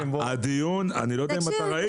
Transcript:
אני לא יודע אם אתה ראית --- תקשיב לי,